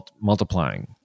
multiplying